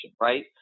right